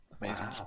amazing